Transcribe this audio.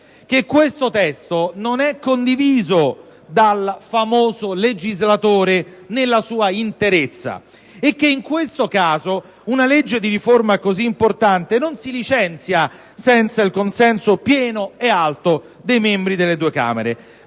che questo testo non è condiviso dal famoso legislatore nella sua interezza e che una legge di riforma così importante non si licenzia senza il consenso pieno e alto dei membri delle due Camere.